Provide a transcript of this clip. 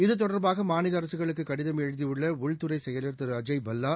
இது தொடர்பாக மாநில அரசுகளுக்கு கடிதம் எழுதியுள்ள உள்துறை செயலர் அஜய் பல்லா